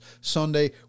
Sunday